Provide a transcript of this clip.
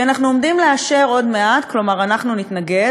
כי אנחנו עומדים לאשר עוד מעט, כלומר, אנחנו נתנגד